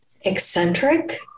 eccentric